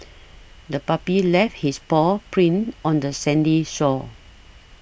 the puppy left his paw prints on the sandy shore